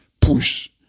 push